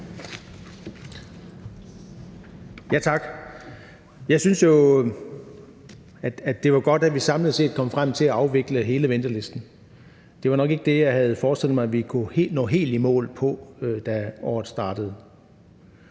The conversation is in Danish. Tak. Jeg synes jo, at det var godt, at vi samlet set kom frem til at afvikle hele ventelisten. Det var nok ikke det, jeg havde forestillet mig at vi kunne nå helt i mål med, da året startede,